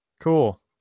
Cool